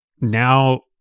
now